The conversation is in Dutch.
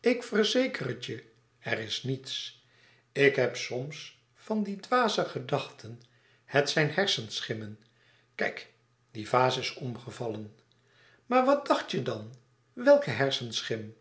ik verzeker het je er is niets ik heb soms van die dwaze gedachten het zijn hersenschimmen kijk die vaas is omgevallen maar wat dacht je dan welke hersenschim